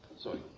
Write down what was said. Sorry